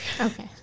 Okay